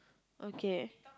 okay